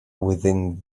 within